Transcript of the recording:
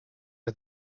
are